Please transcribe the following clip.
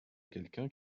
quelqu’un